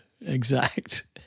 exact